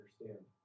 understand